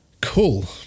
Cool